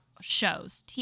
shows